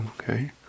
Okay